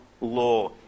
law